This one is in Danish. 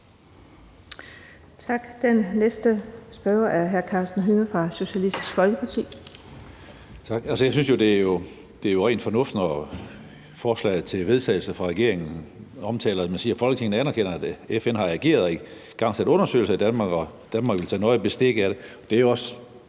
Tak. Den næste spørger er hr. Karsten Hønge fra Socialistisk Folkeparti.